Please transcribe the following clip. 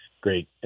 great